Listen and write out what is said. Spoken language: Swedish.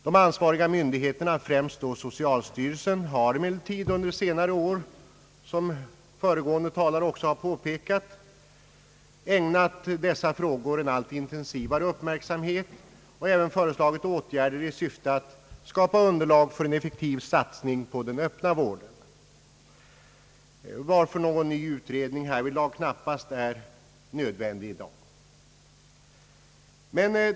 De ansvariga myndigheterna, främst då socialstyrelsen, har emellertid under senare år som föregående talare också har påpekat ägnat dessa frågor en allt intensivare uppmärksamhet och även föreslagit åtgärder i syfte att skapa underlag för en effektiv satsning på den öppna vården, varför någon ny utredning härvidlag knappast är nödvändig i dag.